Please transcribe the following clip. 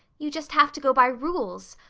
you just have to go by rules.